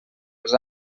els